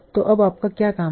तो अब आपका क्या काम है